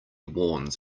warns